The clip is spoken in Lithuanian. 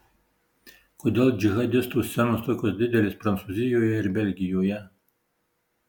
kodėl džihadistų scenos tokios didelės prancūzijoje ir belgijoje